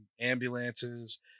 ambulances